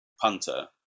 punter